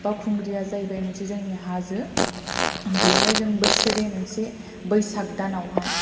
बावखुंग्रिया जाहैबाय मोनसे जोंनि हाजो बेवहाय जों बोसोरै मोनसे बैसाग दानावहाय